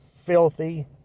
filthy